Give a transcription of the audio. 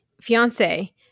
fiance